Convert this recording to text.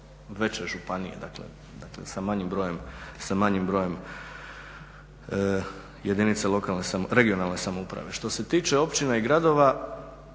veće županije, dakle sa manjim brojem jedinica lokalne, regionalne samouprave. Što se tiče općina i gradova